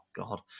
God